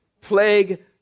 Plague